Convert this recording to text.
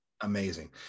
amazing